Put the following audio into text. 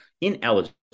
ineligible